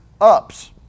ups